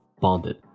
bonded